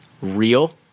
real